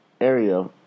area